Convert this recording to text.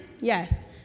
Yes